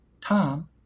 Tom